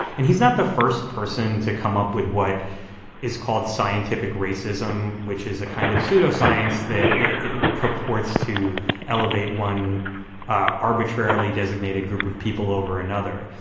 and he's not the first person to come up with what is called scientific racism, which is a kind of pseudoscience that purports to elevate one ah arbitrarily designated group of people over another.